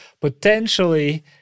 potentially